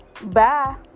Bye